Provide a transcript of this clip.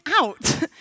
out